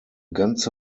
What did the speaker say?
ganze